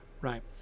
right